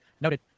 noted